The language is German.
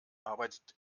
arbeitet